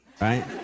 right